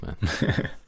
man